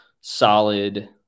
solid